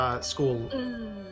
school